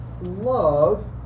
love